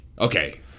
Okay